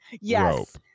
yes